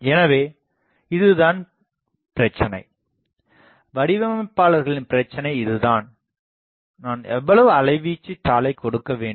எனவே இப்போது இதுதான் பிரச்சினை வடிவமைப்பாளர்களின் பிரச்சினை இதுதான் நான் எவ்வளவு அலைவீச்சுத் தாளைக் கொடுக்க வேண்டும்